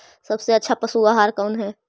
सबसे अच्छा पशु आहार कौन है?